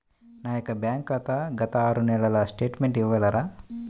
నా యొక్క బ్యాంక్ ఖాతా గత ఆరు నెలల స్టేట్మెంట్ ఇవ్వగలరా?